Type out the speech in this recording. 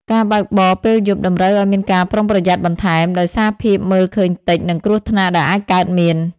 ការបើកបរពេលយប់តម្រូវឱ្យមានការប្រុងប្រយ័ត្នបន្ថែម ដោយសារភាពមើលឃើញតិច និងគ្រោះថ្នាក់ដែលអាចកើតមាន។